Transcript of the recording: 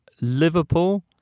Liverpool